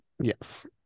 Yes